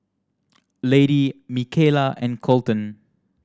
Lady Michaela and Kolton